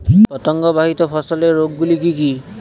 পতঙ্গবাহিত ফসলের রোগ গুলি কি কি?